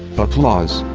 applause.